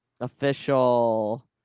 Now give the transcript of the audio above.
official